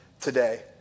today